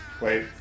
Wait